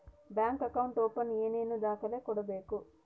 Bank account open ಏನೇನು ದಾಖಲೆ ಕೊಡಬೇಕು?